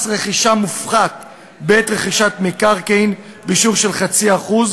מס רכישה מופחת בעת רכישת מקרקעין בשיעור של 0.5%,